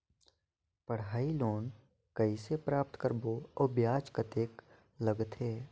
पढ़ाई लोन कइसे प्राप्त करबो अउ ब्याज कतेक लगथे?